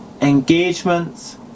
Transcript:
engagements